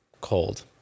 cold